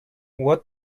what